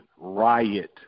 riot